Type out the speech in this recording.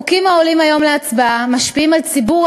החוקים העולים היום להצבעה משפיעים על ציבור